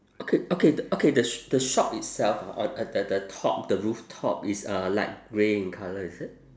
okay okay okay the the shop itself ah at the the top the rooftop is uh light grey colour is it